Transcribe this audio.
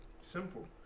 Simple